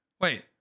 Wait